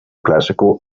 classical